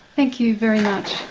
thank you very much.